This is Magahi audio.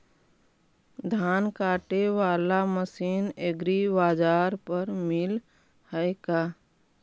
धान काटे बाला मशीन एग्रीबाजार पर मिल है का?